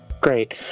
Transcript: Great